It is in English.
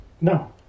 No